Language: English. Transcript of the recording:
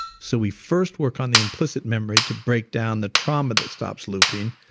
so we first work on the implicit memory to break down the trauma that stops looping,